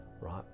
right